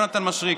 יונתן מישרקי,